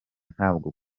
ntabwo